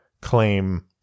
claim